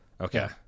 Okay